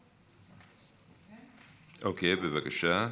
אוקיי, בבקשה.